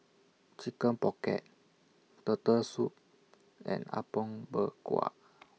Chicken Pocket Turtle Soup and Apom Berkuah